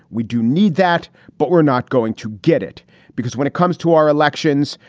we do need that, but we're not going to get it because when it comes to our elections,